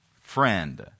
friend